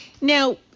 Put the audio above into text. Now